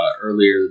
earlier